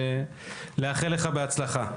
אני מאחל לך בהצלחה.